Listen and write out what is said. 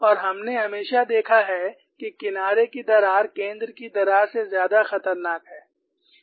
और हमने हमेशा देखा है कि किनारे की दरार केंद्र की दरार से ज्यादा खतरनाक है